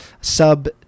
sub